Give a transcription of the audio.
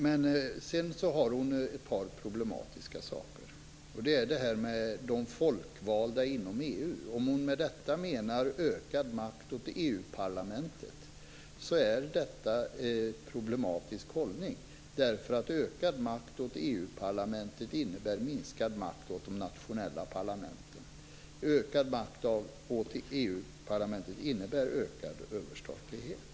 Sedan tar Åsa Torstensson upp ett par problematiska saker. Det gäller det här med de folkvalda inom EU. Om hon med detta menar att det ska vara en ökad makt åt EU-parlamentet är det en problematisk hållning därför att ökad makt åt EU-parlamentet innebär minskad makt åt de nationella parlamenten. Ökad makt åt EU-parlamentet innebär ökad överstatlighet.